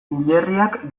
hilerriak